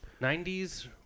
90s